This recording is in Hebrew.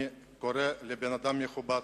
אני קורא לבן-אדם מכובד,